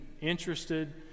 interested